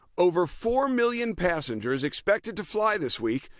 over four million passengers expected to fly this week.